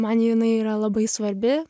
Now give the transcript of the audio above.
man jinai yra labai svarbi